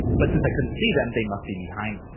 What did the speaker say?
but since i couldn't see them, they must be behind